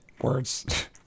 Words